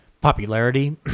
popularity